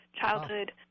childhood